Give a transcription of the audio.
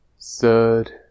third